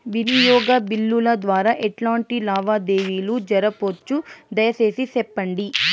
వినియోగ బిల్లుల ద్వారా ఎట్లాంటి లావాదేవీలు జరపొచ్చు, దయసేసి సెప్పండి?